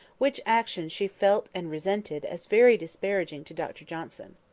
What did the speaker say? which action she felt and resented as very disparaging to dr johnson.